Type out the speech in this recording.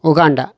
Uganda